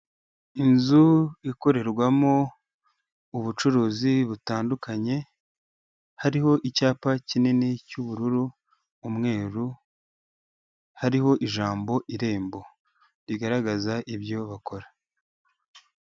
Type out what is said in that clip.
Inzu ikorerwamo ubucuruzi butandukanye, hariho icyapa kinini cy'ubururu, umweru, hariho ijambo irembo rigaragaza ibyo bakora.